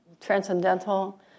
transcendental